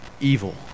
evil